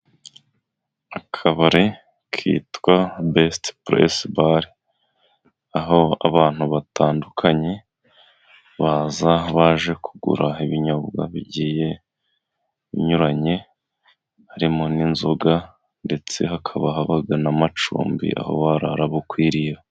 Akabari kitwa besiti peresi bare, aho abantu batandukanye baza, baje kugura ibinyobwa bigiye binyuranye, harimo n'inzoga, ndetse hakaba haba n'amacumbi, aho warara bukwiriyeho.